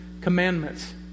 Commandments